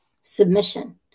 Submission